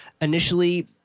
initially